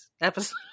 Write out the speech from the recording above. episode